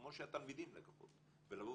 כמו שהתלמידים לקוחות ולהגיד: